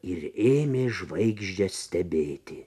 ir ėmė žvaigždę stebėti